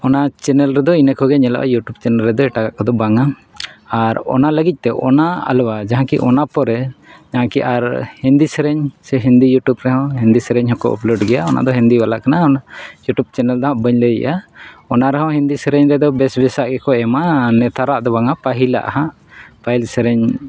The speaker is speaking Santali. ᱚᱱᱟ ᱪᱮᱱᱮᱞ ᱨᱮᱫᱚ ᱤᱱᱟᱹ ᱠᱚᱜᱮ ᱧᱮᱞᱚᱜᱼᱟ ᱤᱭᱩᱴᱩᱵᱽ ᱪᱮᱱᱮᱞ ᱨᱮᱫᱚ ᱮᱴᱟᱜᱟᱜ ᱠᱚᱫᱚ ᱵᱟᱝᱼᱟ ᱟᱨ ᱚᱱᱟ ᱞᱟᱹᱜᱤᱫᱼᱛᱮ ᱚᱱᱟ ᱟᱞᱚ ᱟᱫᱚᱜᱼᱟ ᱡᱟᱦᱟᱸ ᱠᱤ ᱚᱱᱟ ᱯᱚᱨᱮ ᱱᱟᱭᱠᱮ ᱟᱨ ᱦᱤᱱᱫᱤ ᱥᱮᱨᱮᱧ ᱦᱤᱱᱫᱤ ᱤᱭᱩᱴᱩᱵᱽ ᱨᱮᱦᱚᱸ ᱦᱤᱱᱫᱤ ᱥᱮᱨᱮᱧ ᱦᱚᱸᱠᱚ ᱟᱯᱞᱳᱰ ᱜᱮᱭᱟ ᱚᱱᱟᱫᱚ ᱦᱤᱱᱫᱤ ᱵᱟᱞᱟ ᱠᱟᱱᱟ ᱤᱭᱩᱴᱩᱵᱽ ᱪᱮᱱᱮᱞ ᱫᱚ ᱦᱟᱸᱜ ᱵᱟᱹᱧ ᱞᱟᱹᱭᱮᱫᱼᱟ ᱚᱱᱟ ᱨᱮᱦᱚᱸ ᱦᱤᱱᱫᱤ ᱥᱮᱨᱮᱧ ᱫᱚ ᱵᱮᱥ ᱵᱮᱥᱟᱜ ᱜᱮᱠᱚ ᱮᱢᱟ ᱱᱮᱛᱟᱨᱟᱜ ᱫᱚ ᱵᱟᱝᱼᱟ ᱯᱟᱹᱦᱤᱞᱟᱜ ᱦᱟᱸᱜ ᱯᱟᱹᱦᱤᱞ ᱥᱮᱨᱮᱧ